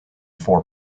for